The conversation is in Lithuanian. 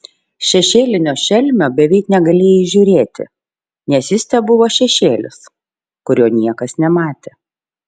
šešėlinio šelmio beveik negalėjai įžiūrėti nes jis tebuvo šešėlis kurio niekas nematė